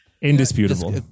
Indisputable